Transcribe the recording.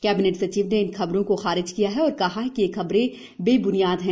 cabinet सचिव ने इन खबरों को खारिज किया है और कहा है कि ये सब खबरें बेब्नियाद हैं